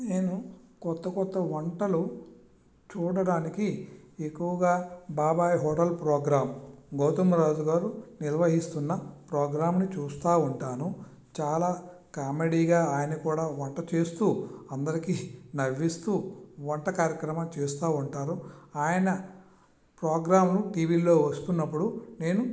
నేను క్రొత్త క్రొత్త వంటలు చూడటానికి ఎక్కువగా బాబాయి హోటల్ ప్రోగ్రామ్ గౌతం రాజు గారు నిర్వహిస్తున్న ప్రోగ్రామ్ని చూస్తూ ఉంటాను చాలా కామెడీగా ఆయన కూడ వంట చేస్తూ అందరికీ నవ్విస్తూ వంట కార్యక్రమం చేస్తూ ఉంటారు ఆయన ప్రోగ్రామ్ టీవిలో వస్తున్నప్పుడు నేను